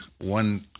one